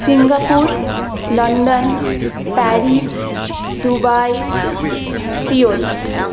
Singapore London Paris Dubai Seoul